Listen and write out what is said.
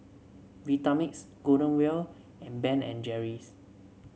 Vitamix Golden Wheel and Ben and Jerry's